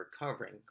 recovering